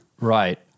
Right